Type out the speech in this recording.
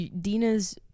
Dina's